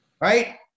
right